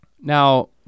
Now